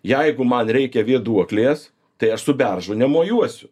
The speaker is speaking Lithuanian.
jeigu man reikia vėduoklės tai aš su beržu nemojuosiu